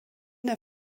der